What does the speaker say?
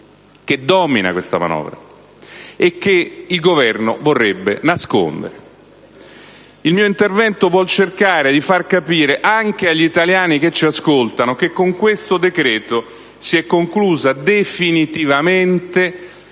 che domina questa manovra e che il Governo vorrebbe nascondere. Il mio intervento vuol cercare di far capire anche agli italiani che ci ascoltano che con questo decreto si è definitivamente